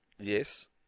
Yes